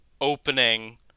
opening